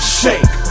shake